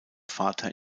vater